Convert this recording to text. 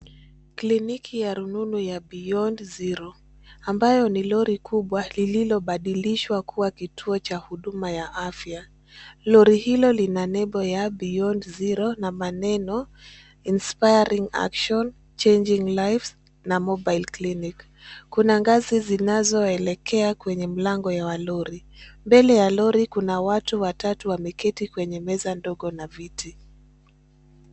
Kliniki ya rununu ya Beyond Zero ambayo ni lori kubwa lililobadilishwa kuwa kituo cha huduma ya afya. Lori hilo lina nembo ya Beyond Zero na maneno Inspiring Action, Changing Lives na Mobile Clinic . Kuna ngazi zinazoelekea kwenye mlango wa lori. Mbele ya lori kuna watu watatu wameketi kwenye meza ndogo na viti.